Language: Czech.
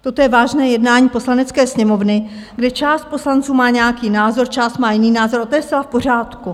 Toto je vážné jednání Poslanecké sněmovny, kde část poslanců má nějaký názor, část má jiný názor, a to je zcela v pořádku.